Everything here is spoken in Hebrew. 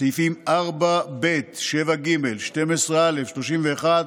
סעיפים 4(ב), 7(ג), 12(א), 31,